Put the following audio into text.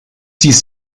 dies